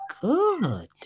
Good